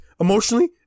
emotionally